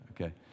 okay